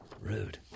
Rude